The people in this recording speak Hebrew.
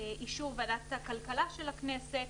באישור ועדת הכלכלה של הכנסת,